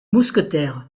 mousquetaire